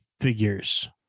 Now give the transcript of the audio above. figures